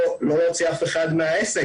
לא יוציאו אף אחד מהעסק,